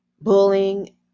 bullying